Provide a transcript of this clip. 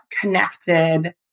connected